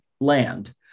land